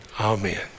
Amen